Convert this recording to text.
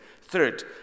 Third